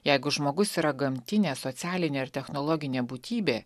jeigu žmogus yra gamtinė socialinė ir technologinė būtybė